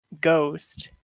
ghost